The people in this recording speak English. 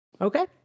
Okay